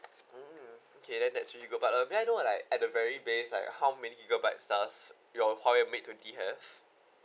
mm okay then that's really good but uh may I know like at the very base like how many gigabytes does your Huawei mate twenty have